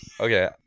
Okay